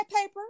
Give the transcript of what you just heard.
paper